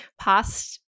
past